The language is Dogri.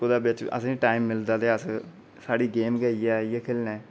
कुदै असेंगी टैम मिलदा ते साढ़ी गेम गै इ'यै अस इ'यै खेढने